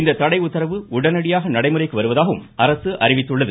இந்த தடை உத்தரவு உடனடியாக நடைமுறைக்கு வருவதாகவும் அரசு அறிவித்துள்ளது